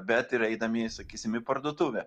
bet ir eidami sakysim į parduotuvę